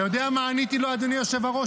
אתה יודע מה עניתי לו, אדוני היושב-ראש?